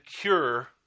cure